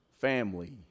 family